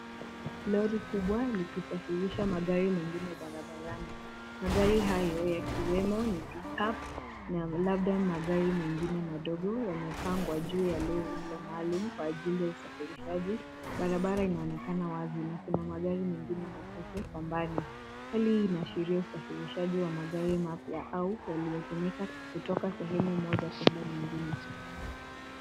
Lori kubwa likisafirisha magari mengine barabarani. Magari hayo ikiwemo ni pickup na labda magari mengine madogo yamepangwa juu ya lori hilo maalum kwa ajili ya usafirishaji. Barabara inaonekana wazi na magari mengine machacahe kwa mbali. Hali hii inaashiria usafirishaji wa magari mapya au yaliyotumika kutoka sehemu moja kuenda nyingine.